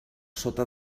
sota